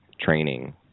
training